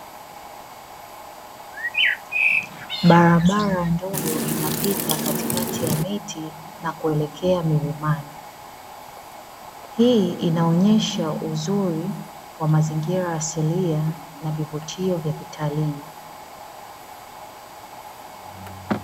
Barabara ndogo inapita katikati ya miti na kuelekea milimani, hii inaonyesha uzuri wa mazingira ya asilia na vivutio vya kitalii.